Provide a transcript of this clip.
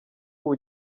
ubu